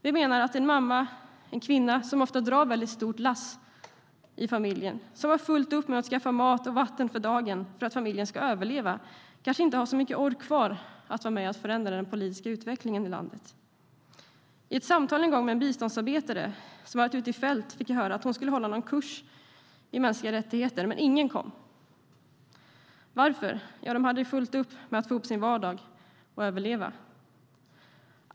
Kvinnor drar ofta ett stort lass i familjen, och vi menar att en kvinna som har fullt upp med att skaffa mat och vatten för dagen för att familjen ska överleva kanske inte har så mycket ork kvar för att vara med och förändra den politiska utvecklingen. I ett samtal jag en gång hade med en biståndsarbetare som varit ute i fält fick jag höra att hon skulle hålla kurs i mänskliga rättigheter men att ingen kom. Varför? Ja, de hade ju fullt upp med att få ihop sin vardag och överleva.